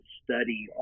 study